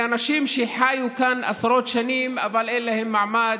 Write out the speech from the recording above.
לאנשים שחיו כאן עשרות שנים אבל אין להם מעמד,